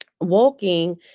walking